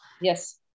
Yes